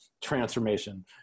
transformation